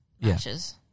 matches